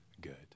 good